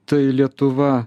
tai lietuva